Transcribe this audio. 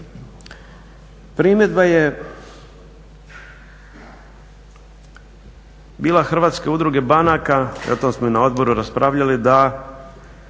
Primjedba je bila Hrvatske udruge banaka, a o tom smo i na odboru raspravljali da